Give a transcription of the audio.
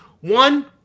One